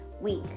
week